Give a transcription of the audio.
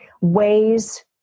ways